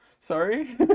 Sorry